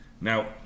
Now